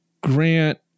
grant